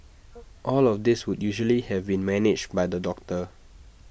all of this would usually have been managed by the doctor